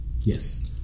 Yes